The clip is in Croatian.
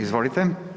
Izvolite.